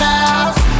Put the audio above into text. house